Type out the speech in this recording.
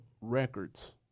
Records